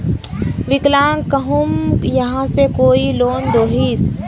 विकलांग कहुम यहाँ से कोई लोन दोहिस?